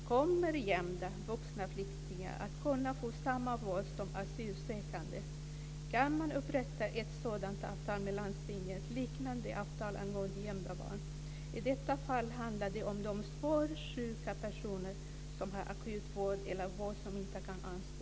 Kommer gömda vuxna flyktingar att kunna få samma vård som asylsökande? Kan man upprätta ett sådant avtal med landstingen liknande avtalet angående gömda barn? I detta fall handlar det om svårt sjuka personer som har behov av akut vård eller vård som inte kan anstå.